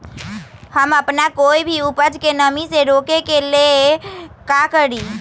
हम अपना कोई भी उपज के नमी से रोके के ले का करी?